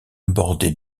bordé